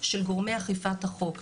של גורמי אכיפת החוק.